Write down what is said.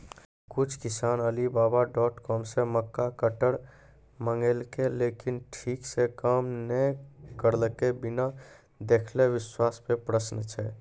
कुछ किसान Alibaba dot com से मक्का कटर मंगेलके लेकिन ठीक से काम नेय करलके, बिना देखले विश्वास पे प्रश्न छै?